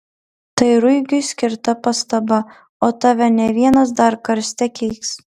tai ruigiui skirta pastaba o tave ne vienas dar karste keiks